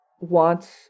wants